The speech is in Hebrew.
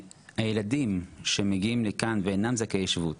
הילדים שמגיעים לכאן ואינם זכאי שבות